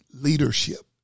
leadership